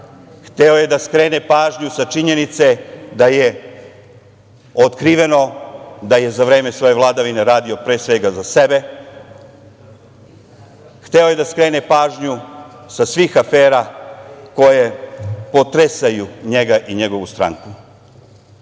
Hteo je da skrene pažnju sa činjenice da je otkriveno da je za vreme svoje vladavine radio, pre svega, za sebe. Hteo je da skrene pažnju sa svih afera koje potresaju njega i njegovu stranku. Dragan